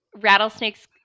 rattlesnakes